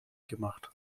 gemacht